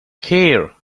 here